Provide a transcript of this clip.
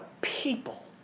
people